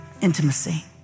intimacy